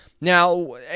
Now